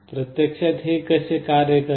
प्रत्यक्षात हे कसे कार्य करते